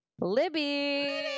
libby